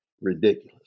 ridiculous